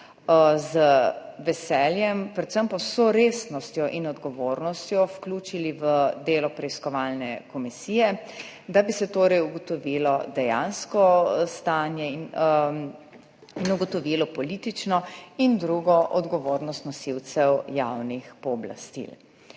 z veseljem, predvsem pa z vso resnostjo in odgovornostjo vključili v delo preiskovalne komisije, da bi se torej ugotovilo dejansko stanje in ugotovilo politično in drugo odgovornost nosilcev javnih pooblastil.